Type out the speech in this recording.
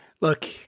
Look